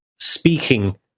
speaking